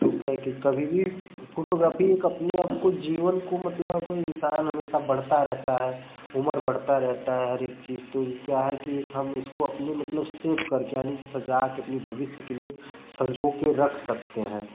तो क्या है कभी भी फोटोग्राफी एक अपनी आपको जीवन को मतलब इंसान हमेशा बढ़ता रहता है उम्र बढ़ता रहता है हर एक चीज तो क्या है कि हम इसको अपने मतलब सेव करके यानि कि सजा के अपने भविष्य के लिए सँजो के रख सकते हैं